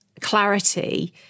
clarity